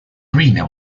arena